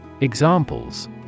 Examples